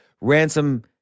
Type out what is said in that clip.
ransom